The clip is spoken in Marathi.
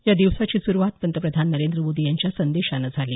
या दिवसाची सुरूवात पंतप्रधान नरेंद्र मोदी यांच्या संदेशानं झाली